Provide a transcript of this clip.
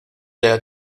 della